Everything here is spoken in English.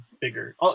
bigger